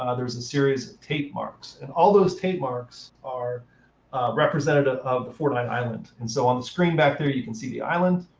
ah there's a and series tape marks. and all those tape marks are representative of the fortnite island. and so on the screen back there, you can see the island.